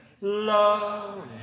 love